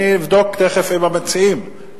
אני אבדוק תיכף עם המציעים,